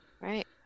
Right